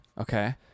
Okay